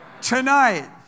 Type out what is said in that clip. tonight